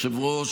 אתה יושב-ראש